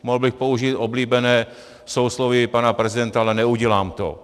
Mohl bych použít oblíbené sousloví pana prezidenta, ale neudělám to.